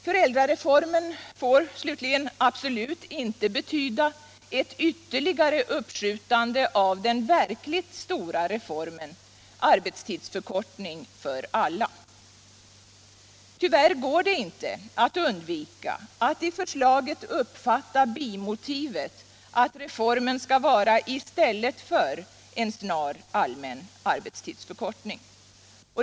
Föräldrareformen får slutligen absolut inte betyda ett ytterligare upp skjutande av den verkligt stora reformen: arbetstidsförkortning för alla. Tyvärr går det inte att undvika att i förslaget uppfatta bimotivet att reformen skall vara i stället för en snar allmän arbetstidsförkortning.